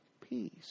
peace